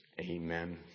Amen